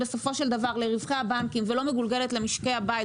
לרווחי הבנקים ולא מגולגלת למשקי הבית,